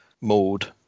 mode